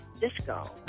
disco